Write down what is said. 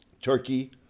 Turkey